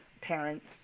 parents